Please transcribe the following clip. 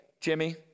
Jimmy